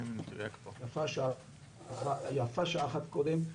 ויפה שעה אחת קודם.